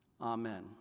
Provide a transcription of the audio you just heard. Amen